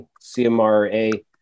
CMRA